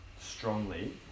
strongly